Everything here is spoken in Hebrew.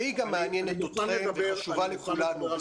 שהיא גם מעניינת אתכם וחשובה לכולנו.